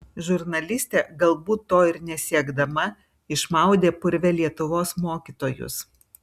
žurnalistė galbūt ir to nesiekdama išmaudė purve lietuvos mokytojus